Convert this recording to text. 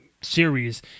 series